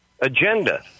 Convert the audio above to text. agenda